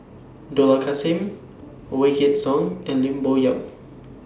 Dollah Kassim Wykidd Song and Lim Bo Yam